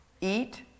eat